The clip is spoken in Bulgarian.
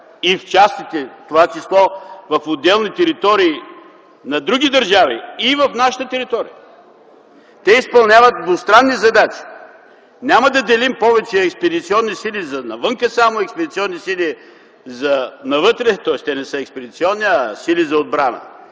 трябва, в това число на отделни територии на други държави и в нашата територия. Те изпълняват двустранни задачи. Няма да делим повече експедиционни сили само за навън, за вътре, тоест да не са експедиционни, а сили за отбрана.